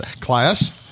class